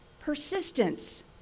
persistence